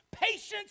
Patience